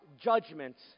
judgments